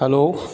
hello